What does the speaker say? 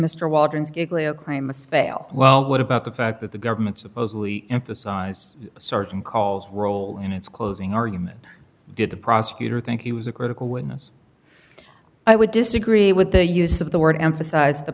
fail well what about the fact that the government supposedly emphasize certain calls role in its closing argument did the prosecutor think he was a critical witness i would disagree with the use of the word emphasize the